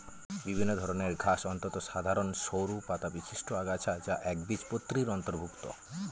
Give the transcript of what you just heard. বিভিন্ন ধরনের ঘাস অত্যন্ত সাধারন সরু পাতাবিশিষ্ট আগাছা যা একবীজপত্রীর অন্তর্ভুক্ত